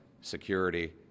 security